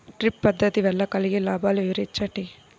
Drip పద్దతి వల్ల కలిగే లాభాలు వివరించండి?